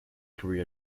career